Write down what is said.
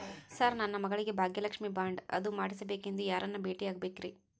Sir ನನ್ನ ಮಗಳಿಗೆ Bhagyalakshmi bond ಅದು ಮಾಡಿಸಬೇಕೆಂದು ಯಾರನ್ನ ಭೇಟಿಯಾಗಬೇಕ್ರಿ?